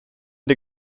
der